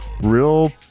real